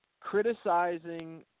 criticizing